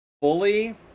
fully